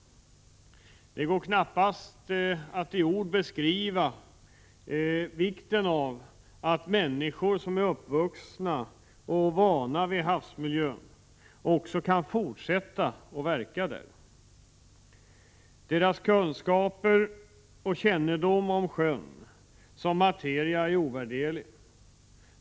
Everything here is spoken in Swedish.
Det går knappast att i ord beskriva vikten av att människor som är uppvuxna och vana vid havsmiljön också kan fortsätta att verka där. Deras kunskaper och kännedom om sjön som materia är ovärderlig.